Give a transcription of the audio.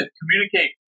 communicate